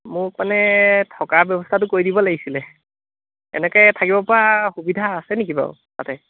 মোক মানে থকাৰ ব্যৱস্থাটো কৰি দিব লাগিছিলে এনেকৈ থাকিবপৰা সুবিধা আছে নেকি বাৰু তাতে